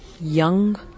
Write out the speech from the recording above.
young